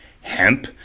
hemp